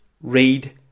read